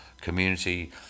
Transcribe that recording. community